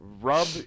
rub